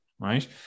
Right